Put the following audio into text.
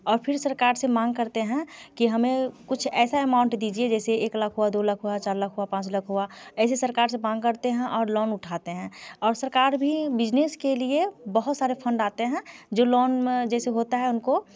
और फिर सरकार से मांग करते हैं कि हमें कुछ ऐसा एमाउंट दीजिए जैसे एक लाख हुआ दो लाख हुआ चार लाख हुआ पाँच लाख हुआ ऐसे सरकार से मांग करते हैं और लौन उठाते हैं और सरकार भी बिजनेस के लिए बहुत सारे फंड आते हैं जो लौन में जैसे होता है उनको